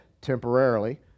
temporarily